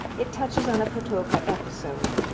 it touches on a potocka episode.